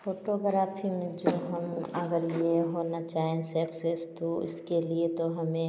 photography में जो हम अगर ये होना चाहे सेक्सिस्ट तो इसके लिए तो हमें